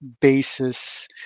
basis